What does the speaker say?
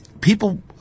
people